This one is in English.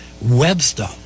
Webster